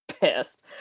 pissed